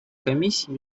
комиссии